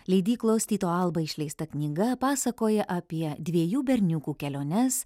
leidyklos tyto alba išleista knyga pasakoja apie dviejų berniukų keliones